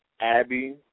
Abby